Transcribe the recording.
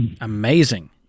Amazing